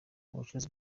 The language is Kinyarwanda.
ubucuruzi